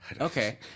Okay